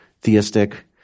theistic